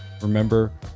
remember